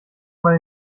mal